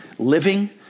living